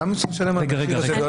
למה צריך לשלם על המכשיר הזה?